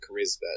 charisma